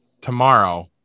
tomorrow